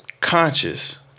Conscious